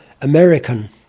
American